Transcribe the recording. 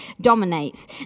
dominates